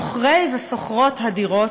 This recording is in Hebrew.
בשם שוכרי ושוכרות הדירות,